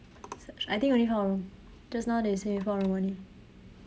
search I think only four room just now they say four room only